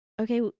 okay